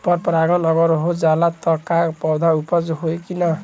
पर परागण अगर हो जाला त का पौधा उपज होई की ना?